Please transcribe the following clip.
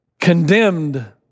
condemned